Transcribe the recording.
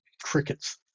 crickets